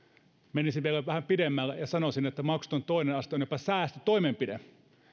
menisin vielä vähän pidemmälle ja sanoisin että maksuton toinen aste on jopa säästötoimenpide